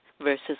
versus